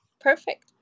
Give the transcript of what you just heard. Perfect